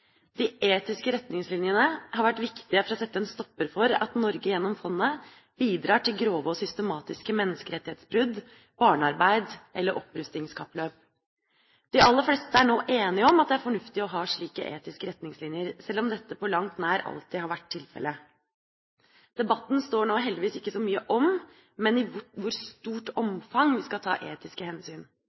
De etiske retningslinjene har vært viktige for å sette en stopper for at Norge gjennom fondet bidrar til grove og systematiske menneskerettighetsbrudd, barnearbeid eller opprustningskappløp. De aller fleste er nå enige om at det er fornuftig å ha slike etiske retningslinjer, sjøl om dette på langt nær alltid har vært tilfelle. Debatten står nå heldigvis ikke så mye om, men i hvor stort omfang vi skal ta etiske hensyn.